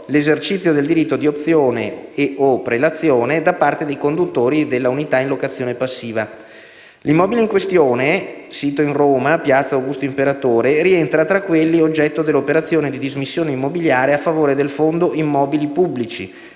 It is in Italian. l'esercizio del diritto di opzione e/o prelazione da parte dei conduttori delle unità in locazione passiva. L'immobile in questione, sito in Roma, Piazza Augusto Imperatore, rientra tra quelli oggetto dell'operazione di dismissione immobiliare a favore del Fondo immobili pubblici,